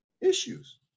issues